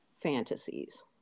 fantasies